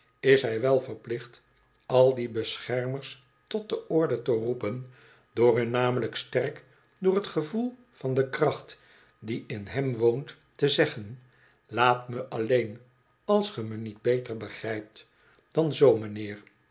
is hij wel verplicht al die beschermers tot de orde te roepen door hun namelijk sterk door t gevoel van de kracht die in hem woont te zeggen laat me alleen als gij me niet beter begrijpt dan zoo